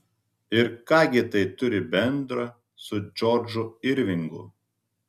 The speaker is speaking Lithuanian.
ir ką gi tai turi bendra su džordžu irvingu